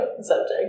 subject